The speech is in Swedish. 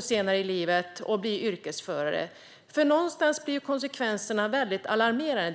senare i livet och bli yrkesförare? Någonstans blir ju konsekvenserna alarmerande.